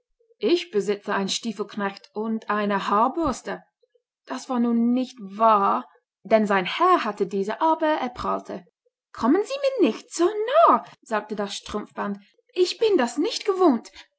ich besitze einen stiefelknecht und eine haarbürste das war nun nicht wahr denn sein herr hatte diese aber er prahlte kommen sie mir nicht so nahe sagte das strumpfband ich bin das nicht gewohnt